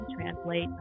Translate